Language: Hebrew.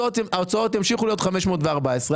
ההוצאות ימשיכו להיות 514,